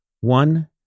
one